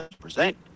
present